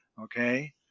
okay